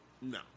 No